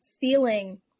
feeling